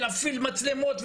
להפעיל מצלמות,